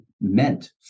meant